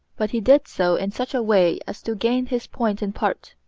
but he did so in such a way as to gain his point in part.